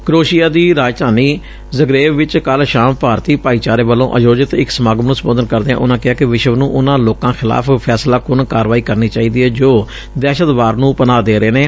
Croatia ਦੀ ਰਾਜਧਾਨੀ Zagreb ਚ ਕੱਲੁ ਸ਼ਾਮ ਭਾਰਤੀ ਭਾਈਚਾਰੇ ਵੱਲੋ ਆਯੋਜਿਤ ਇਕ ਸਮਾਗਮ ਨੂੰ ਸੰਬੋਧਨ ਕਰਦਿਆਂ ਉਨ੍ਪਾਂ ਕਿਹਾ ਕਿ ਵਿਸ਼ਵ ਨੂੰ ਉਨ੍ਪਾਂ ਲੋਕਾਂ ਖਿਲਾਫ਼ ਫੈਸਲਾਕੁੰਨ ਕਾਰਵਾਈ ਕਰਨੀ ਚਾਹੀਦੀ ਏ ਜੋ ਦਹਿਸ਼ਤਵਾਦ ਨੂੰ ਪਨਾਹ ਤੇ ਮਦਦ ਦਿੰਦੇ ਨੇ